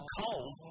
cold